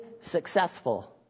successful